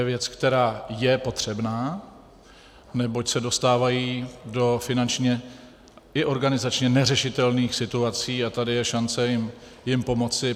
To je věc, která je potřebná, neboť se dostávají do finančně i organizačně neřešitelných situací a tady je šance jim pomoci.